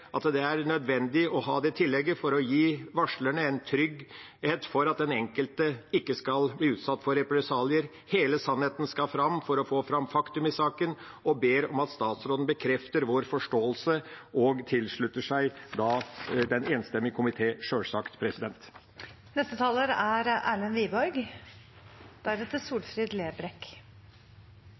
at det er nødvendig å ha det tillegget for å gi varslerne trygghet for at den enkelte ikke skal bli utsatt for represalier. Hele sannheten skal fram for å få fram fakta i saken. Jeg ber om at statsråden bekrefter vår forståelse og tilslutter meg sjølsagt den enstemmige komité. Jeg vil i likhet med saksordføreren takke komiteen for godt samarbeid om en viktig sak. Jeg tror også det er